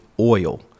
oil